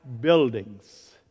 buildings